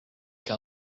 que